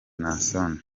naason